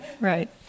Right